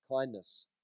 kindness